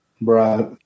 Right